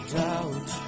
doubt